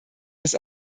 des